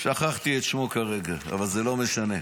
שכחתי את שמו כרגע, אבל זה לא משנה.